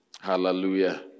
Hallelujah